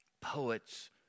Poets